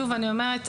ושוב אני אומרת,